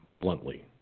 bluntly